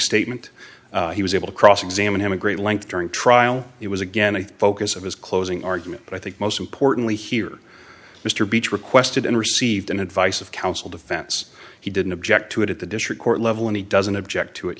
statement he was able to cross examine him a great length during trial it was again a focus of his closing argument but i think most importantly here mr beach requested and received an advice of counsel defense he didn't object to it at the district court level and he doesn't object to it